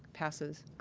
passes?